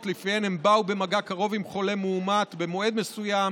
שלפיהן הם באו במגע קרוב עם חולה מאומת במועד מסוים